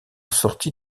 sortit